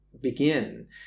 begin